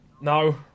No